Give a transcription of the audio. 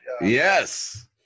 Yes